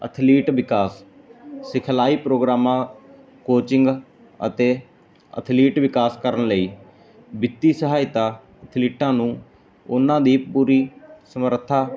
athlete ਵਿਕਾਸ ਸਿਖਲਾਈ ਪ੍ਰੋਗਰਾਮਾਂ ਕੋਚਿੰਗ ਅਤੇ ਅਥਲੀਟ ਵਿਕਾਸ ਕਰਨ ਲਈ ਵਿੱਤੀ ਸਹਾਇਤਾ ਅਥਲੀਟਾਂ ਨੂੰ ਉਹਨਾਂ ਦੀ ਪੂਰੀ ਸਮਰੱਥਾ